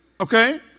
Okay